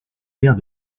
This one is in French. maire